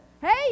Hey